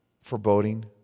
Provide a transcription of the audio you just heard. foreboding